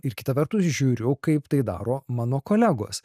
ir kita vertus žiūriu kaip tai daro mano kolegos